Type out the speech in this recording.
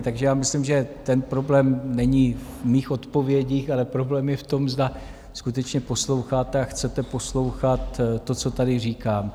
Takže já myslím, že ten problém není v mých odpovědích, ale problém je v tom, zda skutečně posloucháte a chcete poslouchat to, co tady říkám.